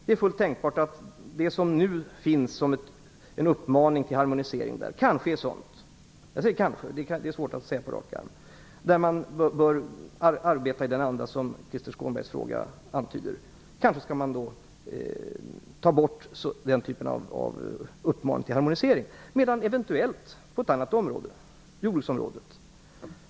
Det är fullt tänkbart att det som nu gäller som en uppmaning till harmonisering kanske - jag säger kanske - är sådant där man bör arbeta i sådan anda som Krister Skånberg antyder i sin fråga. Kanske skall man få bort den typen av uppmaningar till harmonisering, medan de eventuellt kan gälla på andra områden, t.ex. jordbruksområdet.